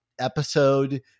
episode